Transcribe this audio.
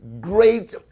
great